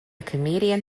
comedian